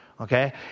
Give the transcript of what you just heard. Okay